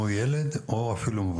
בין אם הוא ילד ובין אם הוא מבוגר?